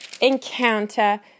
encounter